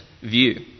view